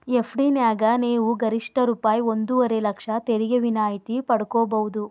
FD ನ್ಯಾಗ ನೇವು ಗರಿಷ್ಠ ರೂ ಒಂದುವರೆ ಲಕ್ಷ ತೆರಿಗೆ ವಿನಾಯಿತಿ ಪಡ್ಕೊಬಹುದು